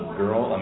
girl